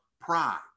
pride